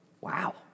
wow